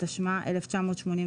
התשמ"א-1981,